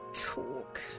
talk